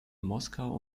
moskau